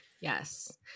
Yes